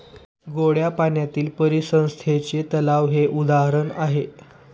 गोड्या पाण्यातील परिसंस्थेचे तलाव हे उदाहरण आहे